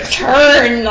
turn